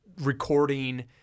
recording